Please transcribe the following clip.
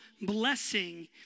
blessing